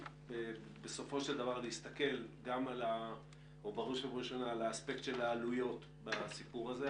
בסופו של דבר להסתכל בראש ובראשונה על האספקט של העלויות בסיפור הזה,